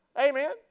Amen